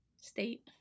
state